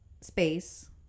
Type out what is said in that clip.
space